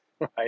right